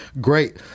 great